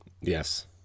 Yes